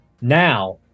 Now